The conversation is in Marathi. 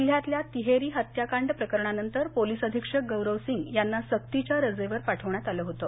जिल्ह्यातल्या तिहेरी हत्याकांड प्रकरणा नंतर पोलीस अधीक्षक गौरव सिंग यांना सक्तीच्या रजेवर पाठवण्यात आल होतं